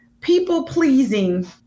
people-pleasing